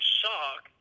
shock